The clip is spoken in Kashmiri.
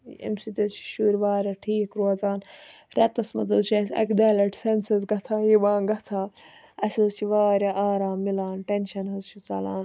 امہِ سۭتۍ حظ چھِ شُرۍ واریاہ ٹھیٖکھ روزان ریٚتَس مَنٛز حظ چھُ اَسہِ اَکہِ دۄیہِ لَٹہِ سیٚنسَس گَژھان یِوان گَژھان اَسہِ حظ چھِ واریاہ آرام مِلان ٹیٚنشَن حظ چھُ ژَلان